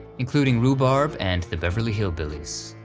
including rhubarb, and the beverly hillbillies.